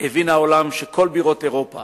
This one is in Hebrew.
הוא הבין שכל בירות אירופה